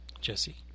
Jesse